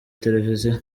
television